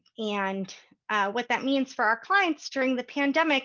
and what that means for our clients during the pandemic